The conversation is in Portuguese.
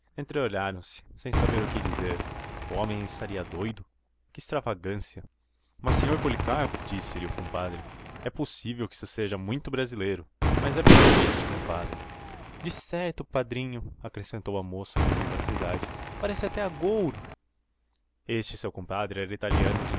adelaide entreolharam-se sem saber o que dizer o homem estaria doido que extravagância mas senhor policarpo disse-lhe o compadre é possível que isto seja muito brasileiro mas é bem triste compadre decerto padrinho acrescentou a moça com vivacidade parece até agouro este seu compadre era italiano de